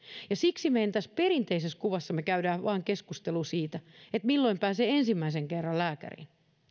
meidän perinteisessä kuvassa me käymme vain keskustelua siitä milloin pääsee ensimmäisen kerran lääkäriin